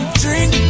drink